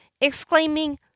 exclaiming